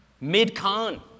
mid-con